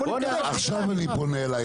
עכשיו אני פונה אליך.